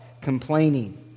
complaining